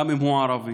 גם אם הוא ערבי.